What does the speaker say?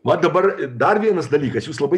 va dabar dar vienas dalykas jūs labai